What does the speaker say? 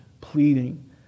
pleading